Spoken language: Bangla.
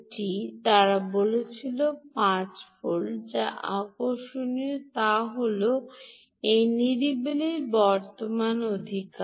Vat তারা বলেছিল 5 ভোল্ট যা আকর্ষণীয় তা হল এই নিরিবিলি বর্তমান অধিকার